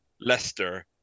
Leicester